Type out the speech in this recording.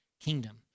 kingdom